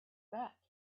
that